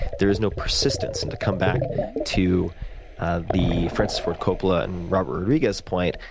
there is no persistence. and to come back to ah the francis ford coppola and robert rodriguez point,